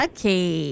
Okay